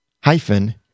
hyphen